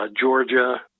Georgia